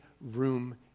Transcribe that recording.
room